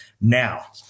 Now